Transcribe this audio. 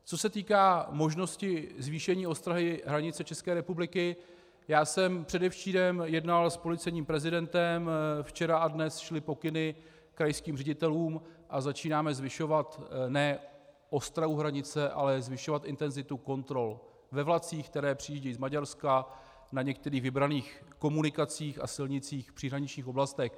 Co se týká možnosti zvýšení ostrahy České republiky, já jsem předevčírem jednal s policejním prezidentem, včera a dnes šly pokyny krajským ředitelům a začínáme zvyšovat ne ostrahu hranice, ale zvyšovat intenzitu kontrol ve vlacích, které přijíždějí z Maďarska, na některých vybraných komunikacích a silnicích v příhraničních oblastech.